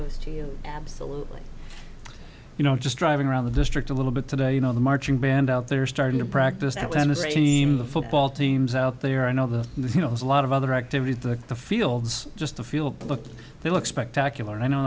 know absolutely you know just driving around the district a little bit today you know the marching band out there starting to practice atlanta's a team the football teams out there i know that you know there's a lot of other activities that the fields just to feel but look they look spectacular and i know